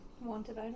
Wanted